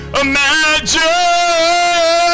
imagine